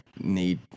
need